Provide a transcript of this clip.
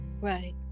Right